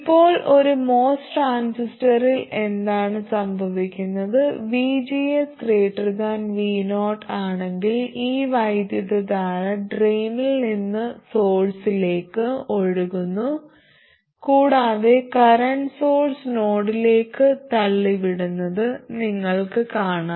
ഇപ്പോൾ ഒരു MOS ട്രാൻസിസ്റ്ററിൽ എന്താണ് സംഭവിക്കുന്നത് VGS 0 ആണെങ്കിൽ ഈ വൈദ്യുതധാര ഡ്രെയിനിൽ നിന്ന് സോഴ്സിലേക്ക് ഒഴുകുന്നു കൂടാതെ കറന്റ് സോഴ്സ് നോഡിലേക്ക് തള്ളിവിടുന്നത് നിങ്ങൾക്ക് കാണാം